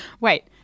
Wait